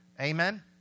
Amen